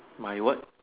my what